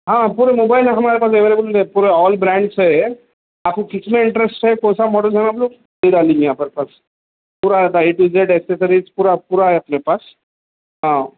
ہاں پورے موبائل ہمارے پاس اویلیبل پورا آل برانڈس ہے آپ کو کس میں انٹریسٹ ہے کون سا ماڈل لیں گے آپ لوگ دے ڈالیں گے یہاں پر بس پورا رہتا اے ٹو زیڈ ایکساسیریز پورا پورا ہے اپنے پاس ہاں